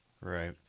Right